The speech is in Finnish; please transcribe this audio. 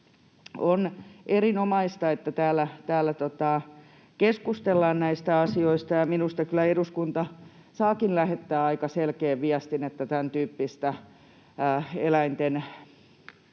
On erinomaista, että täällä keskustellaan näistä asioista, ja minusta kyllä eduskunta saakin lähettää aika selkeän viestin, että tämäntyyppistä eläinten